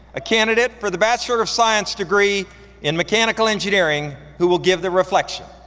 a candidate for the bachelor of science degree in mechanical engineering, who will give the reflection.